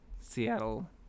Seattle